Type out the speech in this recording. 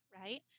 right